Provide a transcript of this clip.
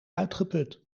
uitgeput